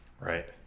Right